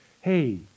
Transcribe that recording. hey